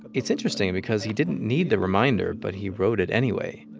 it's interesting because he didn't need the reminder, but he wrote it anyway.